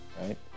right